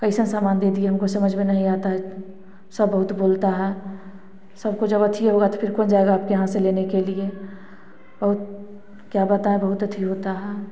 कईसा सामान दे दिए है हमको समझ में नहीं आता है सब बहुत बोलता है सबको जब अच्छी होगा तो फिर कौन जाएगा आपके यहाँ से लेने के लिए बहुत क्या बताएँ बहुत अथि होता है